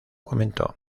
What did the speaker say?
comentó